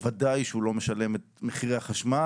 בוודאי שהוא לא משלם את מחירי החשמל.